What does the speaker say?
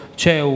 c'è